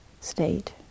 state